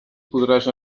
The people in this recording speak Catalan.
podràs